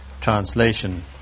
translation